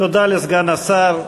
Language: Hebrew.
תודה לסגן השר.